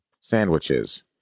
sandwiches